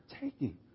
taking